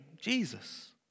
Jesus